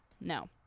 No